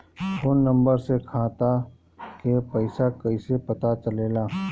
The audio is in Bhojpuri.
फोन नंबर से खाता के पइसा कईसे पता चलेला?